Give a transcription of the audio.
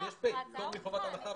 כן, כן, יש פ', פטור מחובת הנחה.